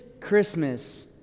Christmas